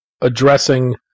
addressing